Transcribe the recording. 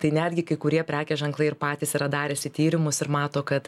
tai netgi kai kurie prekės ženklai ir patys yra dariusi tyrimus ir mato kad